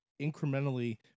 incrementally